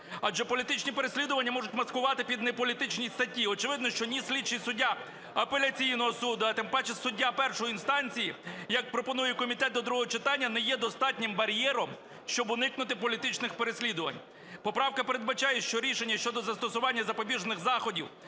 Адже політичні переслідування можуть маскувати під неполітичні статті. Очевидно, що ні слідчий суддя Апеляційного суду, а тим паче суддя першої інстанції, як пропонує комітет до другого читання, не є достатнім бар'єром, щоб уникнути політичних переслідувань. Поправка передбачає, що рішення щодо застосування запобіжних заходів,